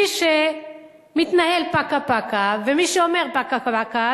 מי שמתנהל פקה-פקה ומי שאומר פקה-פקה,